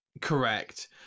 Correct